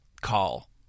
call